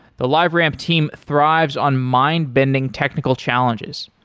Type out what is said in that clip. the liveramp team thrives on mind-bending technical challenges.